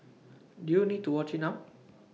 do you need to watch IT now